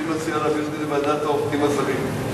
אני מציע להעביר את זה לוועדת העובדים הזרים.